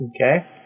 Okay